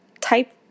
type